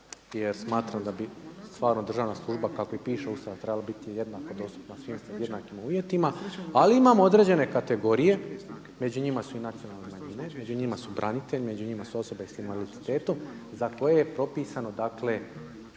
jer smatram da bi stvarno državna služba kako i piše u Ustavu trebala biti jednako dostupna svim jednakim uvjetima. Ali imamo određene kategorije, među njima su i nacionalne manjine, među njima su branitelji, među njima su osobe sa invaliditetom za koje je propisano dakle